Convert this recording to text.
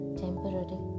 temporary